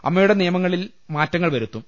അമ്മയുടെ നിയമങ്ങളിൽ മാറ്റ ങ്ങൾ വരുത്തും